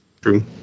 true